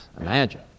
Imagine